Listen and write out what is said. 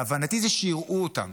להבנתי, זה שיראו אותם,